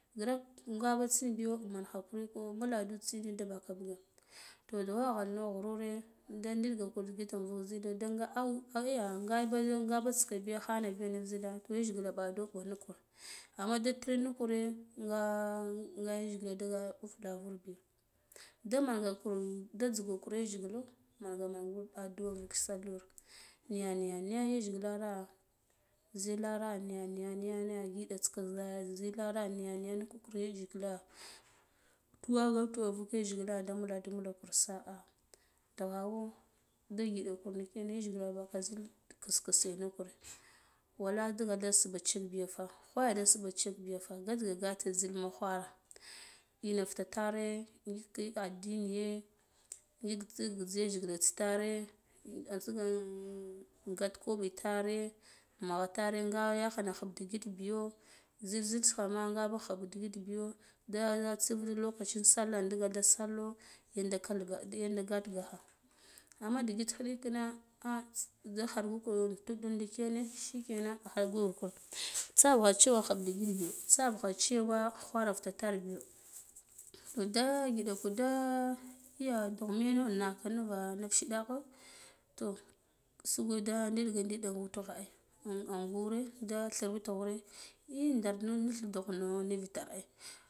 Grek gavo tsu biyo manga hakuriko mbuledu tsine da baka ba to da waghanno ghufure da dilga kur ndikite invuk zil da nga au au yagha nga ngabiya nuf ngabiyata ka nuf gilakho to yajgila baɗoka niko ama da tir nikure nga nga yajgila da burva kvurbi damagaku da jzuku kur yajgilo manga manga addu'a vuk sallah niya niya niya yajgilara zilara niya niya niya niya ngidata ka zilara niya niya niko kur yajgila tuwagha tugaka vuk yajgila da mbulandu sa'a da ghanu da njida kur ndikina yajgila baka kiskise nuf kur wale da gidalda subha chilfa biya ghwaya da subha chil biya ngadige gata zil khwara ina fita tare ngile addiniye ngik jzi jziga yajgila tare atsige gat koɓo tare mugha tare nga yagha khum digit biyo zil zilkha ma nga khub digit biyo nga da tsit lokaci sallah da digalda minga sallo yanda kinde yan ka gat gakha amma dikit khiɗikina ah da kharu kur intuk ndikine shikenan ah gabiya kur tsaba cewa khub digit biyo tsaba cewa khwara fititar biyo da giɗaka da ya dughmilo nnaka nuva shiɗakho toh usuge de ɗiɗga ɗiɗa ai in angure da thir witgha ey darni nugh dughna nivitar ai.